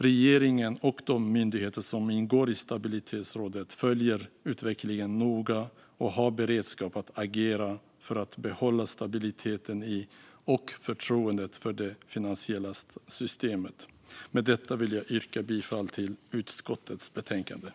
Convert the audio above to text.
Regeringen och de myndigheter som ingår i Stabilitetsrådet följer utvecklingen noga och har beredskap att agera för att behålla stabiliteten i och förtroendet för det finansiella systemet. Med detta vill jag yrka bifall till utskottets förslag i betänkandet.